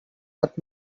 but